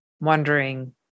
wondering